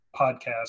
podcast